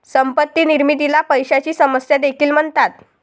संपत्ती निर्मितीला पैशाची समस्या देखील म्हणतात